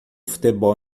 futebol